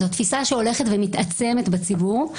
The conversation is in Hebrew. זו תפיסה שהולכת ומתעצמת בציבור.